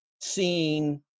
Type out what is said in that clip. seeing